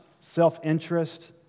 self-interest